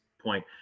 point